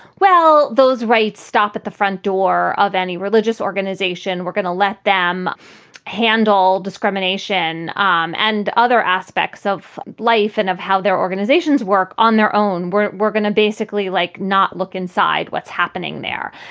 well, those rights stop at the front door of any religious organization. we're going to let them handle discrimination um and other aspects of life and of how their organizations work on their own, where we're going to basically, like, not look inside what's happening there.